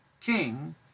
king